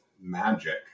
magic